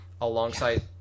Alongside